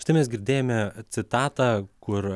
štai mes girdėjome citatą kur